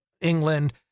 England